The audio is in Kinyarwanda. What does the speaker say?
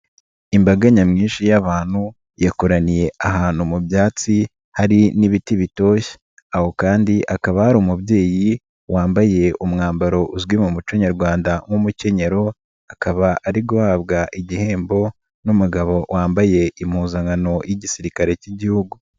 Imbaga nyamwinshi y'abantu yakoraniye ahantu mu byatsi hari n'ibiti bitoshye, aho kandi hakaba hari umubyeyi wambaye umwambaro uzwi mu muco nyarwanda nk'umukenyero akaba ari guhabwa igihembo n'umugabo wambaye impuzankano y'igisirikare k'Igihugu.